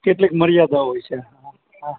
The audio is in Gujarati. કેટલીક મર્યાદાઓ હોય છે હા